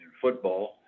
Football